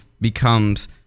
becomes